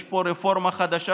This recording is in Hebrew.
יש פה רפורמה חדשה,